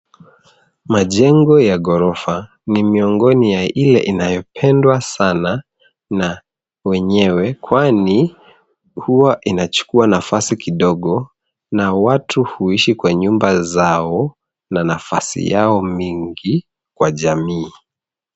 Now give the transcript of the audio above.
Majengo ya ghorofa, ni miongoni mwa ile inayopendwa sana na wenyewe kwani huwa inachukua nafasi kidogo, na watu huishi kwa nyumba zao na nafasi yao mingi kwa jamii.